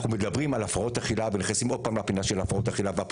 אנחנו מדברים על הפרעות אכילה ונכנסים עוד פעם לפינה של הפרעות אכילה.